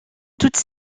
toutes